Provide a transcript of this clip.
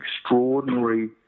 extraordinary